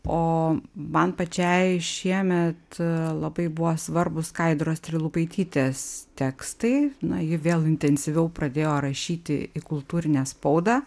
o man pačiai šiemet labai buvo svarbūs skaidros trilupaitytės tekstai na ji vėl intensyviau pradėjo rašyti į kultūrinę spaudą